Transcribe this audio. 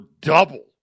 double